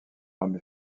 hommes